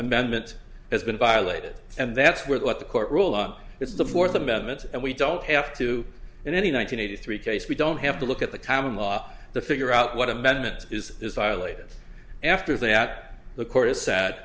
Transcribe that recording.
amendment has been violated and that's where the what the court rule out it's the fourth amendment and we don't have to in any one hundred eighty three case we don't have to look at the common law to figure out what amendment is is violated after that the court has sa